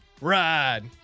ride